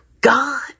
God